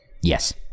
Yes